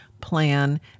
plan